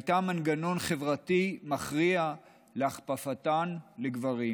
והייתה מנגנון חברתי מכריע להכפפתן לגברים,